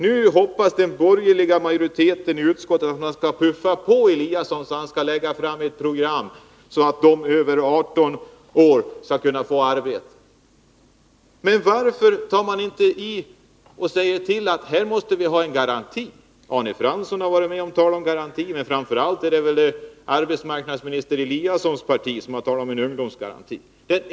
Nu hoppas alltså den borgerliga majoriteten i utskottet att man skall kunna puffa på Ingemar Eliasson för att han skall lägga fram ett program, så att ungdomar över 18 år skall kunna få arbete. Men varför säger man inte till att här måste vi ha en garanti? Arne Fransson har talat om en garanti, men framför allt är det väl arbetsmark nadsminister Eliassons parti som talat om en ungdomsgaranti.